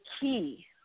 key